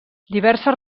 diverses